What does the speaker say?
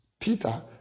Peter